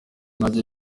ntajya